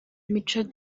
mico